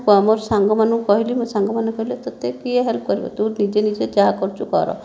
ଆମର ସାଙ୍ଗମାନଙ୍କୁ କହିଲି ମୋ' ସାଙ୍ଗମାନେ କହିଲେ ତୋତେ କିଏ ହେଲ୍ପ କରିବ ତୁ ନିଜେ ନିଜେ ଯାହା କରୁଛୁ କର